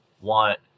want